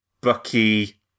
Bucky